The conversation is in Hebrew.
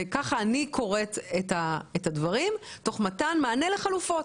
כך אני קוראת את הדברים, תוך מתן מענה לחלופות.